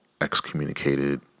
excommunicated